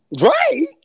Right